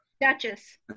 Duchess